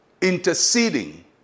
interceding